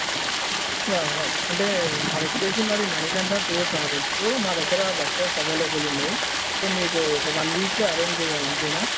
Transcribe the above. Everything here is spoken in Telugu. యా మేడమ్ అంటే మాది వచ్చేసి మరి మణికంట టూర్ ట్రావెల్స్ మా దగ్గర బస్సెస్ అవైలబుల్ ఉన్నాయి సో మీకు వన్ వీక్లో అరేంజ్ చేయాలి అంతేనా